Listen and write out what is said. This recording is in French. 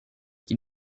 qui